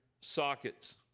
sockets